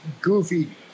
goofy